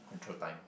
control time